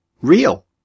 real